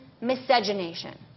miscegenation